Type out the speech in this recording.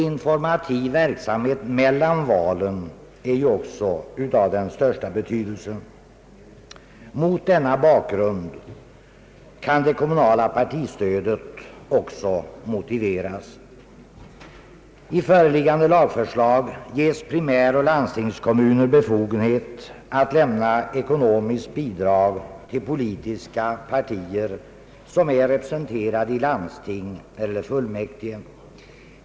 Informativ verksamhet mellan valen är också av största betydelse. Mot denna bakgrund kan det kommunala partistödet också motiveras. I föreliggande lagförslag ges primäroch landstingskommuner befogenhet att lämna ekonomiskt bidrag till politiska partier, som är representerade i kom munens fullmäktige respektive landsting.